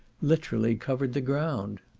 literally covered the ground.